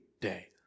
day